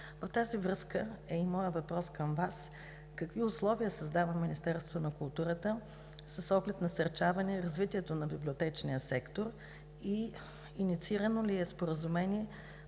В тази връзка е и моят въпрос към Вас: какви условия създава Министерството на културата с оглед насърчаване развитието на библиотечния сектор; инициирано ли е споразумение